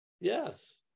Yes